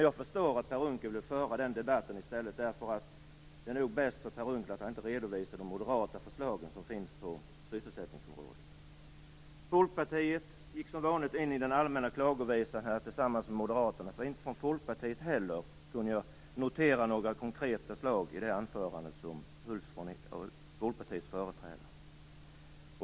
Jag förstår att Per Unckel hellre vill debattera det, eftersom det nog är bäst för honom att han inte redovisar de moderata förslagen på sysselsättningsområdet. Folkpartiet stämde som vanligt in i den allmänna klagovisan tillsammans med Moderaterna. Inte heller i det anförande som hölls av Folkpartiets företrädare kunde jag notera några konkreta förslag.